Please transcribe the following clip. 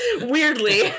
weirdly